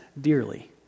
dearly